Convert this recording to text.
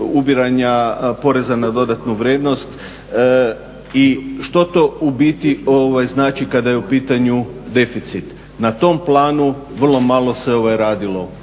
ubiranja poreza na dodatnu vrijednost i što to ubiti znači kada je u pitanju deficit? Na tom planu vrlo malo se radilo.